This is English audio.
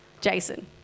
Jason